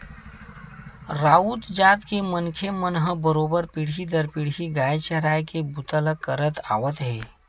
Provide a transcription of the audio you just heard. राउत जात के मनखे मन ह बरोबर पीढ़ी दर पीढ़ी गाय चराए के बूता ल करत आवत हे